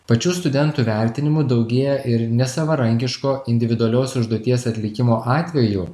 pačių studentų vertinimų daugėja ir nesavarankiško individualios užduoties atlikimo atveju